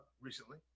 recently